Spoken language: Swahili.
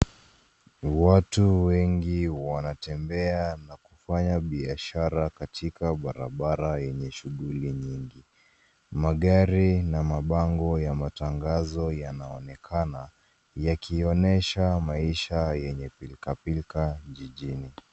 Watu wengi wanatembea na kufanya biashara katika barabara yenye shughuli nyingi. Magari na mabango ya matangazo yanaonekana yakionyesha maisha yenye pilkapilka jijini.